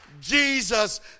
Jesus